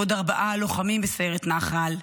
ועוד ארבעה לוחמים מסיירת נח"ל: